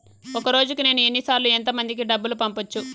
ఒక రోజుకి నేను ఎన్ని సార్లు ఎంత మందికి డబ్బులు పంపొచ్చు?